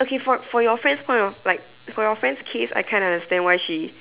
okay for for your friend's point of like for your friend's case I kinda understand why she